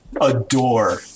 adore